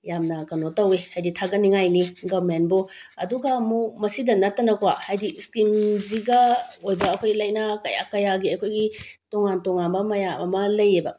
ꯌꯥꯝꯅ ꯀꯩꯅꯣ ꯇꯧꯏ ꯍꯥꯏꯗꯤ ꯊꯥꯒꯠꯅꯤꯡꯉꯥꯏꯅꯤ ꯒꯔꯃꯦꯟꯕꯨ ꯑꯗꯨꯒ ꯑꯃꯨꯛ ꯃꯁꯤꯗ ꯅꯠꯇꯅ ꯀꯣ ꯍꯥꯏꯗꯤ ꯏꯁꯀꯤꯝꯁꯤꯒ ꯑꯣꯏꯕ ꯑꯩꯈꯣꯏ ꯂꯩꯅꯥ ꯀꯌꯥ ꯀꯌꯥ ꯑꯩꯈꯣꯏꯒꯤ ꯇꯣꯉꯥꯟ ꯇꯣꯉꯥꯟꯕ ꯃꯌꯥꯝ ꯑꯃ ꯂꯩꯑꯦꯕ